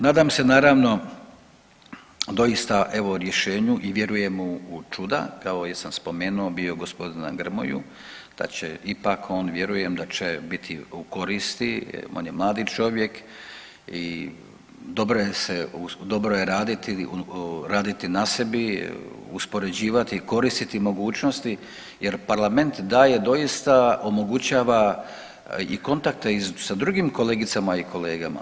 Nadam se naravno doista evo rješenju i vjerujemo u čuda kao jesam spomenuo bio g. Grmoju da će ipak on, vjerujem da će biti u koristi, on je mladi čovjek i dobro je raditi, raditi na sebi, uspoređivati i koristiti mogućnosti jer parlament daje doista i omogućava i kontakte sa drugim kolegicama i kolegama.